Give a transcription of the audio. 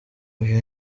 uyu